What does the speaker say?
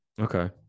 Okay